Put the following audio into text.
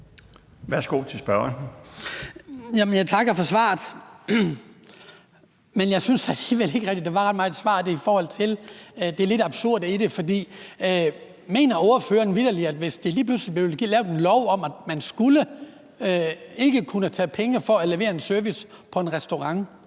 Kristian Skibby (DD): Jeg takker for svaret, men jeg synes alligevel ikke rigtig, at der var et svar i forhold til det lidt absurde i det. For mener ordføreren vitterlig, at hvis der lige pludselig blev lavet en lov om, at man ikke skulle kunne tage penge for at levere en service på en restaurant,